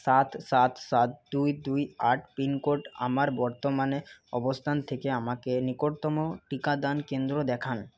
সাত সাত সাত দুই দুই আট পিন কোড আমার বর্তমানে অবস্থান থেকে আমাকে নিকটতম টিকাদান কেন্দ্র দেখান